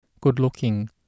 good-looking